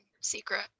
secret